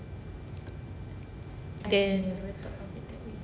then